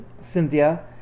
cynthia